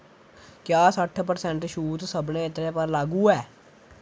क्या सट्ठ परसैंट छूट सभनें इत्तरें पर लागू ऐ